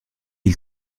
ils